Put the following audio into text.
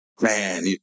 Man